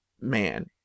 man